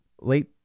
late